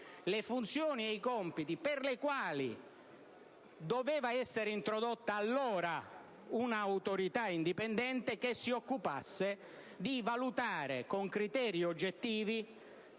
le funzioni e i compiti per i quali doveva essere allora introdotta una autorità indipendente che si occupasse di valutare con criteri oggettivi